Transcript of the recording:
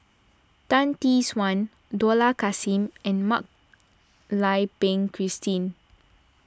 Tan Tee Suan Dollah Kassim and Mak Lai Peng Christine